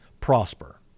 prosper